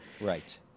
right